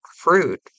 fruit